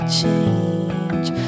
change